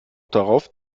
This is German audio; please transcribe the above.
darauf